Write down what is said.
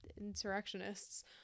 insurrectionists